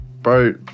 Bro